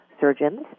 surgeons